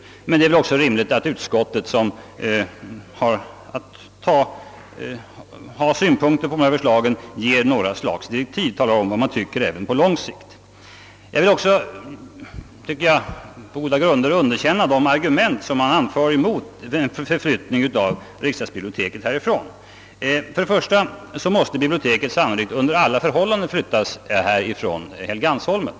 Det vore emellertid också rimligt om utskottet komme med några synpunkter på dessa förslag och gåve uttryck för vad det tycker på lång sikt. Jag vill också underkänna de argument som utskottet anför mot en förflyttning av riksdagsbiblioteket. Biblioteket måste sannolikt under alla förhållanden flyttas från Helgeandsholmen.